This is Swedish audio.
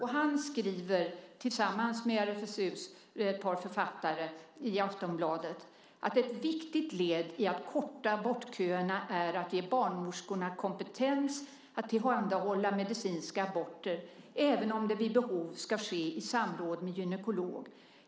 Han skriver tillsammans med ett par författare från RFSU i Aftonbladet att ett viktigt led i att korta abortköerna är att ge barnmorskorna kompetens att tillhandahålla medicinska aborter, även om det vid behov ska ske i samråd med gynekolog.